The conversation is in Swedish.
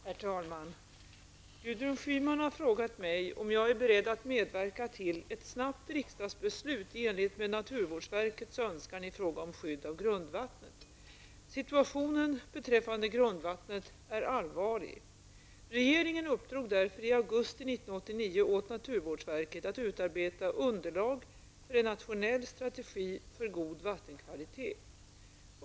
Herr talman! Gudrun Schyman har frågat mig om jag är beredd att medverka till ett snabbt riksdagsbeslut i enlighet med naturvårdsverkets önskan i fråga om skydd av grundvattnet. Situationen beträffande grundvattnet är allvarlig. Regeringen uppdrog därför i augusti 1989 åt naturvårdsverket att utarbeta underlag för en nationell strategi för god vattenkvalitet.